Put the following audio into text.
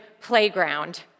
playground